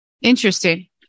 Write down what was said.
Interesting